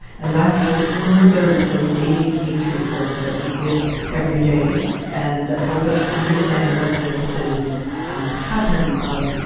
and that helps smooth out those daily case reports that we give every day and helps us understand what the the pattern of